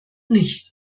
nicht